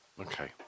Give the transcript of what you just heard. Okay